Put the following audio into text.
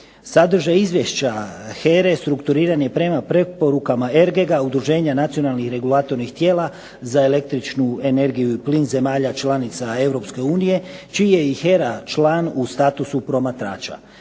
Sadržaj Izvješća HERE strukturiran je prema preporukama RGGA Udruženja nacionalnih regulatornih tijela za električnu energiju i plin zemalja članica Europske unije čiji je i HERA član u statusu promatrača.